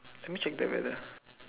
let me check the weather